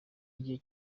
igihe